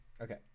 Okay